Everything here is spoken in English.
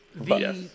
Yes